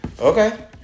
okay